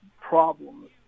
problems